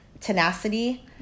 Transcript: tenacity